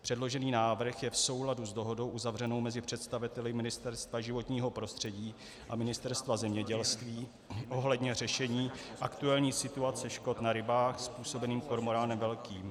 Předložený návrh je v souladu s dohodou uzavřenou mezi představiteli Ministerstva životního prostředí a Ministerstva zemědělství ohledně řešení aktuální situace škod na rybách způsobených kormoránem velkým.